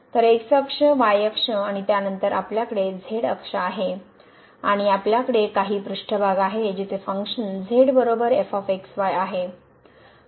तर x अक्ष y अक्ष आणि त्यानंतर आपल्याकडे z अक्ष आहे आणि आपल्याकडे काही पृष्ठभाग आहे जिथे function z f x y आहे